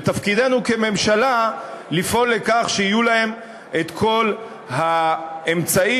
ותפקידנו כממשלה לפעול לכך שיהיו להן כל האמצעים